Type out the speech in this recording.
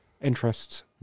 interests